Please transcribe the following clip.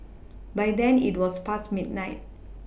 by then it was past midnight